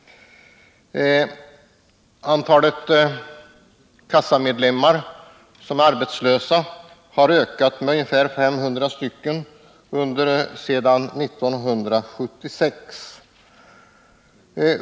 Antalet arbetslösa medlemmar av arbetslöshetskassan har ökat med ungefär 500 sedan 1976.